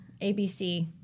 ABC